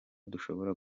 dushobora